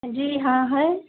जी हाँ है